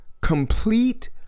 complete